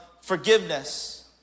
forgiveness